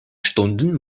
stunden